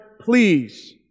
please